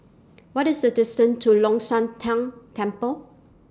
What IS The distance to Long Shan Tang Temple